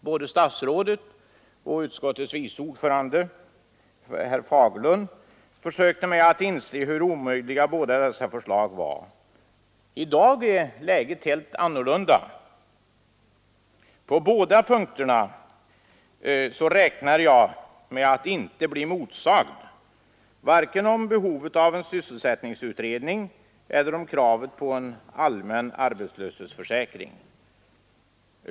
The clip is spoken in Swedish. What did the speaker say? Både statsrådet och utskottets vice ordförande, herr Fagerlund, försökte få mig att inse hur omöjliga dessa förslag var. I dag är läget helt annorlunda. På båda punkterna räknar jag med att nu inte bli motsagd, vare sig om behovet av en sysselsättningsutredning eller om kravet på en allmän arbetslöshetsförsäkring.